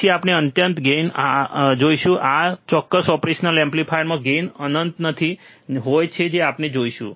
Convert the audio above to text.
પછી આપણે અનંત ગેઈન જોઈશું અમે આ ચોક્કસ ઓપરેશન એમ્પ્લીફાયરમાં ગેઈન અનંત નહીં હોય જે આપણે આજે જોઈશું